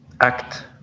act